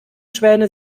schwäne